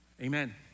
Amen